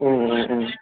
उम्